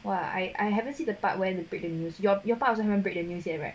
!wah! I I haven't see the part where to break the news your your part also haven't break the news yet right